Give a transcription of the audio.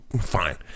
fine